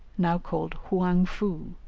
now called hoang-fou,